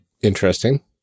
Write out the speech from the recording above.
Interesting